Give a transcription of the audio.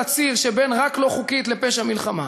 הציר שבין "רק לא חוקית" לבין "פשע מלחמה"